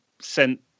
sent